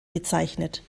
bezeichnet